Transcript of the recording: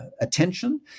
attention